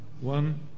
One